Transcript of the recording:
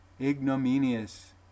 Ignominious